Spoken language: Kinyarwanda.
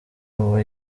ubu